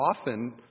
often